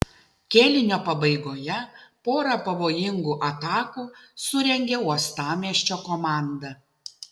kėlinio pabaigoje porą pavojingų atakų surengė uostamiesčio komanda